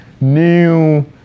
new